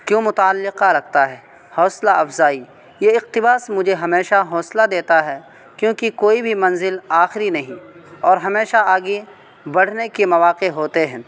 کیوں متعلقہ رکھتا ہے حوصلہ افزائی یہ اقتباس مجھے ہمیشہ حوصلہ دیتا ہے کیونکہ کوئی بھی منزل آخری نہیں اور ہمیشہ آگے بڑھنے کے مواقع ہوتے ہیں